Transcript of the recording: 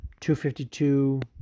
252